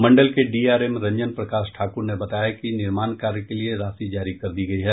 मंडल के डीआरएम रंजन प्रकाश ठाकुर ने बताया कि निर्माण कार्य के लिए राशि जारी कर दी गयी है